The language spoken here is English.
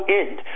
end